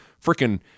freaking